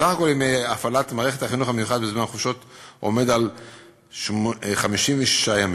סך כל ימי הפעלת מערכת החינוך המיוחד בזמן חופשות עומד על 56 ימים.